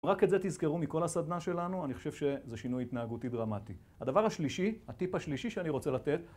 אם רק את זה תזכרו מכל הסדנה שלנו, אני חושב שזה שינוי התנהגותי דרמטי. הדבר השלישי, הטיפ השלישי שאני רוצה לתת,